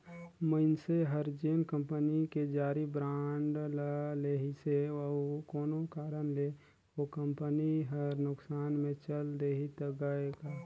मइनसे हर जेन कंपनी के जारी बांड ल लेहिसे अउ कोनो कारन ले ओ कंपनी हर नुकसान मे चल देहि त गय गा